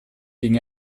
ging